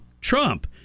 Trump